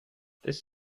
this